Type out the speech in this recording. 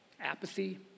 apathy